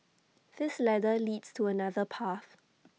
this ladder leads to another path